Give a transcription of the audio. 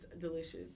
delicious